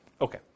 Okay